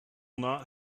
not